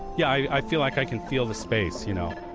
yeah, i feel like i can feel the space, you know.